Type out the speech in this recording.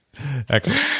Excellent